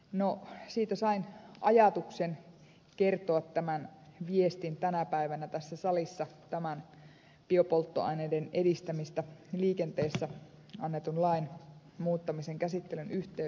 no siitä sain ajatuksen kertoa tämän viestin tänä päivänä tässä salissa tämän biopolttoaineiden edistämisestä liikenteessä annetun lain muuttamisen käsittelyn yhteydessä